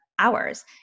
hours